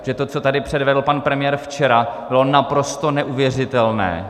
Protože to, co tady předvedl pan premiér včera, bylo naprosto neuvěřitelné.